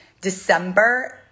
December